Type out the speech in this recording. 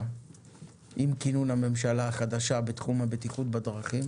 כינון הממשלה החדשה בתחום הבטיחות בדרכים,